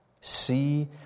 See